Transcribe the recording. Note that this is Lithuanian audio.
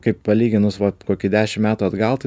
kaip palyginus vat kokį dešim metų atgal tai